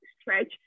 stretch